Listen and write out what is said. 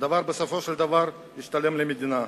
דבר שבסופו של דבר ישתלם למדינה.